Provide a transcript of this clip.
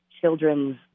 children's